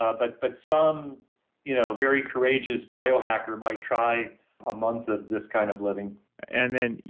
ah but but some you know very courageous biohacker might try a month of this kind of living and then,